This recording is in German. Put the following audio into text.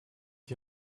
die